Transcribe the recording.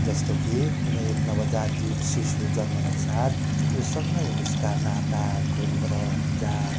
जस्तो कि कुनै एक नवजात शिशु जन्मनसाथ ऊसँगै उसका नाता गोत्र जात